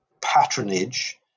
patronage